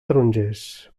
tarongers